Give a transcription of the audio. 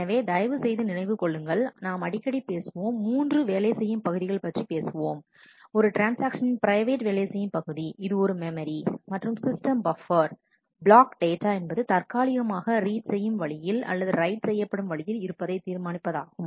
எனவே தயவுசெய்து நினைவில் கொள்ளுங்கள் நாம் அடிக்கடி பேசுவோம் மூன்று வேலை செய்யும் பகுதிகள் பற்றி பேசுவோம் ஒரு ட்ரான்ஸ்ஆக்ஷனின் பிரைவேட் வேலை செய்யும் பகுதி இது ஒரு மெமரி மற்றும் சிஸ்டம் பப்பர் பிளாக் டேட்டா என்பது தற்காலிகமாக ரீட் செய்யும் வழியில் அல்லது ரைட் செய்யப்படும் வழியில் இருப்பதை தீர்மானிப்பதாகும்